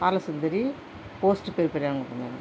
Balasundari post பேர்பெரியான் குப்பங்க